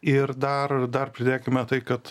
ir dar dar pridėkime tai kad